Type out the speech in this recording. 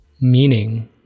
meaning